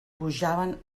pujaven